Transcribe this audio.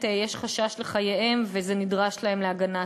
יש חשש לחייהם וזה נדרש להם להגנה עצמית.